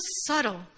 subtle